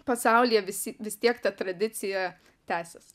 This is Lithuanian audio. pasaulyje visi vis tiek ta tradicija tęsias